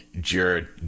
Jared